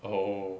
oh